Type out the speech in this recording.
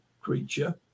creature